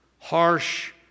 harsh